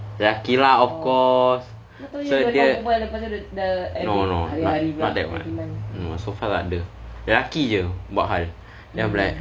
lelaki lah of course so dia no no not that [one] so far tak ada lelaki jer buat hal then I'm like